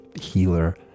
healer